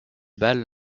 balle